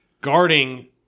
guarding